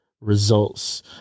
results